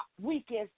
weakest